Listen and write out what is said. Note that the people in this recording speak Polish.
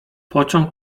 pociąg